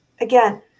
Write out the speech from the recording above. again